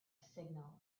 signal